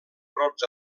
brots